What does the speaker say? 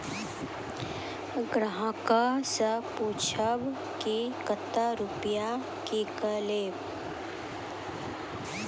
ग्राहक से पूछब की कतो रुपिया किकलेब?